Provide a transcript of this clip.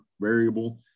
variable